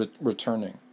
returning